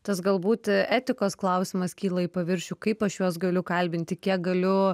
tas galbūt etikos klausimas kyla į paviršių kaip aš juos galiu kalbinti kiek galiu